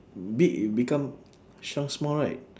big is become shrunk small right